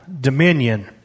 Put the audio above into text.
dominion